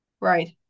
Right